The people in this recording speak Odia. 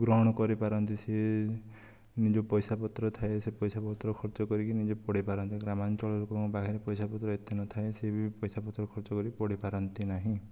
ଗ୍ରହଣ କରି ପାରନ୍ତି ସିଏ ନିଜ ପଇସା ପତ୍ର ଥାଏ ସେହି ପଇସା ପତ୍ର ଖର୍ଚ୍ଚ କରିକି ନିଜର ପଢ଼େଇ ପାରନ୍ତି ଗ୍ରାମାଞ୍ଚଳ ଲୋକଙ୍କ ପାଖରେ ପଇସା ପତ୍ର ଏତେ ନଥାଏ ସେ ବି ପଇସା ପତ୍ର ଖର୍ଚ୍ଚ କରି ପଢ଼ି ପାରନ୍ତି ନାହିଁ